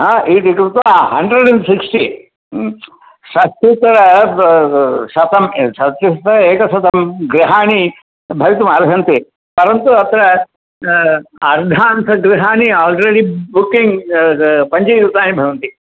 हा इति कृत्वा हण्ड्रेड् अण्ड् सिक्स्टि षष्ट्युत्तर ब शतं षष्ट्युत्तर एकशतं गृहाणि भवितुम् अर्हन्ति परन्तु अत्र अर्धान्त गृहाणि आल्रेडि बुकिङ्ग् पञ्चीकृतानि भवन्ति